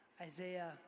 Isaiah